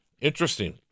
interesting